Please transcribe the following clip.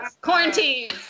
quarantine